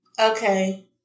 okay